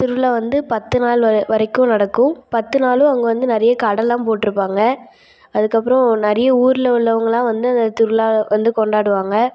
திருவிழா வந்து பத்து நாள் வரை வரைக்கும் நடக்கும் பத்து நாளும் அங்கே வந்து நிறைய கடைலாம் போட்டுருப்பாங்க அதுக்கு அப்புறோம் நிறைய ஊரில் உள்ளவங்களாம் வந்து அந்த திருவிழால வந்து கொண்டாடுவாங்க